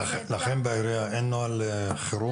לכם בעירייה אין נוהל חירום?